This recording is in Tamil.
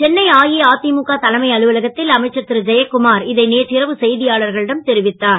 சென்னை அஇஅதிமுக தலைமை அலுவலகத்தில் அமைச்சர் திருஜெயக்குமார் இதை நேற்று இரவு செய்தியாளர்களிடம் தெரிவித்தார்